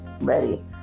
ready